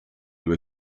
due